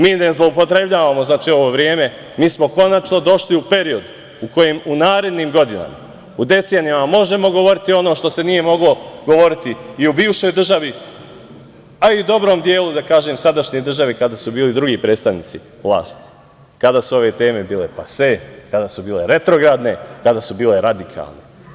Mi ne zloupotrebljavamo ovo vreme, mi smo konačno došli u period u kojem u narednim godinama, u decenijama možemo govoriti ono što se nije moglo govoriti i u bivšoj državi, a i dobrom delu, da kažem, sadašnje države kada su bili drugi predstavnici vlasti, kada su ove teme bile pase, kada su retrogradne, tada su bile radikalne.